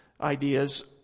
ideas